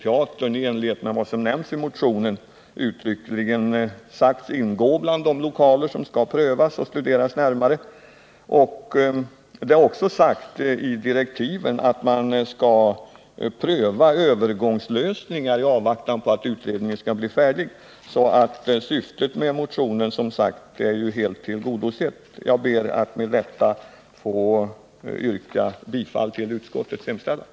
I enlighet med vad som föreslagits i motionen ingår Sergelteatern uttryckligen bland de lokaler som skall studeras närmare. Det har också i direktiven föreskrivits att man skall pröva övergångslösningar i avvaktan på att utredningen blir färdig. Syftet med motionen är alltså 61 helt tillgodosett. Jag ber med detta att få yrka bifall till utskottets hemställan.